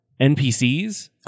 NPCs